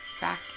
back